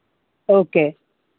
okay